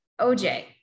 OJ